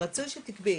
רצוי שתקבעי,